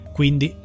Quindi